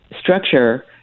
structure